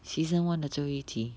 season one 的最后一集